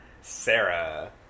Sarah